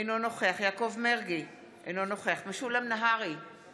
אינו נוכח יעקב מרגי, אינו נוכח משולם נהרי,